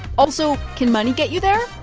also, can money get you there?